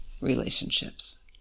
relationships